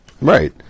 right